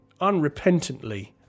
unrepentantly